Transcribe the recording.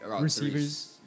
Receivers